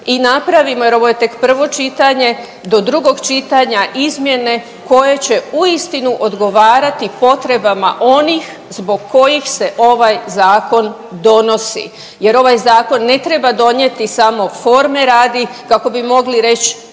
i napravimo jer ovo je tek prvo čitanje, do drugog čitanja izmjene koje će uistinu odgovarati potrebama onih zbog kojih se ovaj zakon donosi jer ovaj zakon ne treba donijeti samo forme radi kako bi mogli reći